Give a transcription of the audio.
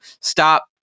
stop